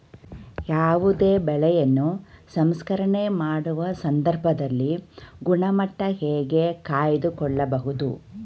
ಯಾವುದೇ ಬೆಳೆಯನ್ನು ಸಂಸ್ಕರಣೆ ಮಾಡುವ ಸಂದರ್ಭದಲ್ಲಿ ಗುಣಮಟ್ಟ ಹೇಗೆ ಕಾಯ್ದು ಕೊಳ್ಳಬಹುದು?